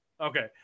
Okay